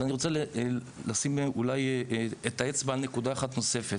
אבל אני רוצה לשים אולי את האצבע על נקודה אחת נוספת.